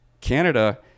Canada